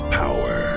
power